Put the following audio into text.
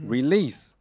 Release